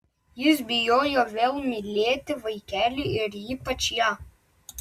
jis bijojo vėl mylėti vaikelį ir ypač ją